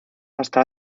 hasta